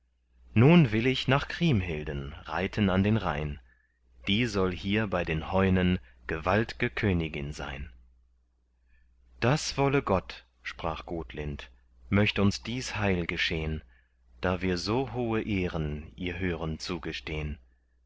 nun will ich nach kriemhilden reiten an den rhein die soll hier bei den heunen gewaltge königin sein das wollte gott sprach gotlind möcht uns dies heil geschehn da wir so hohe ehren ihr hören zugestehn